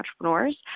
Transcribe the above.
entrepreneurs